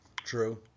True